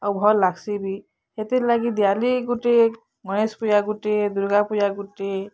ଆଉ ଭଲ ଲାଗ୍ସି ବି ହେଥିର୍ ଲାଗି ଦିଆଲି ଗୁଟେ ଗଣେଶ ପୂଜା ଗୁଟେ ଦୁର୍ଗାପୂଜା ଗୁଟେ